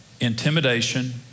intimidation